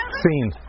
scene